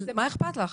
מה אכפת לך?